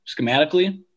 schematically